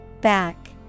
Back